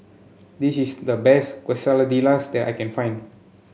this is the best Quesadillas that I can find